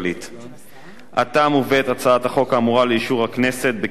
עתה מובאת הצעת החוק האמורה לאישור הכנסת בקריאה שנייה ובקריאה שלישית.